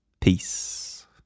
peace